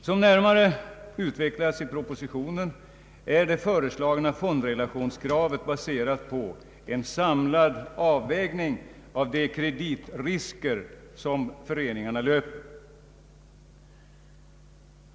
Som närmare utvecklas i propositionen är det föreslagna fondrelationskravet baserat på en samlad avvägning av de kreditrisker som föreningarna löper.